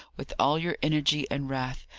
with all your energy and wrath,